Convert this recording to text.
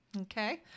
Okay